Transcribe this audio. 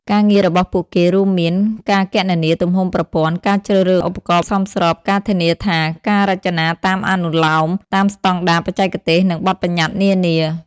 ការងាររបស់ពួកគេរួមមានការគណនាទំហំប្រព័ន្ធ ការជ្រើសរើសឧបករណ៍សមស្រប ការធានាថាការរចនាតាមអនុលោម តាមស្តង់ដារបច្ចេកទេស និងបទប្បញ្ញត្តិនានា។